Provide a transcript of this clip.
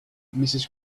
mrs